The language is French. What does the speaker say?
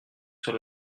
sur